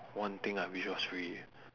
one thing I wish was free